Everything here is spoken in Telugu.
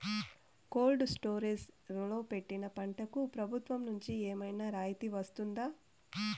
కోల్డ్ స్టోరేజ్ లో పెట్టిన పంటకు ప్రభుత్వం నుంచి ఏమన్నా రాయితీ వస్తుందా?